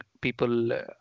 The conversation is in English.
people